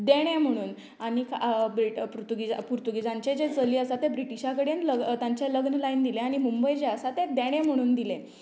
देणें म्हुणून आनीक पुर्तुगा पुर्तुगीजांचें जें चली आसा तें ब्रिटिशा कडेन लग्न तांचें लग्न लायन दिलें आनी मुंबय जें आसा तें देणें म्हुणून दिलें